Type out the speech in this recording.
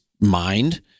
mind